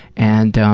and